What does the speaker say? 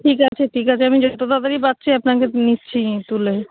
ঠিক আছে ঠিক আছে আমি যতো তাড়াতাড়ি পারছি আপনাকে নিচ্ছি তুলে